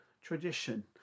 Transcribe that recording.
tradition